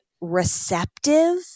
receptive